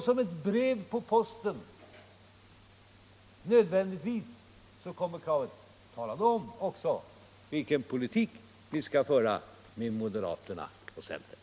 Som ett brev på posten kommer nödvändigtvis kravet: Tala om vilken politik ni skall föra med moderaterna och centern!